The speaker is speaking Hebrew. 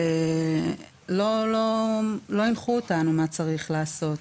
לא הנחו אותנו מה צריך לעשות.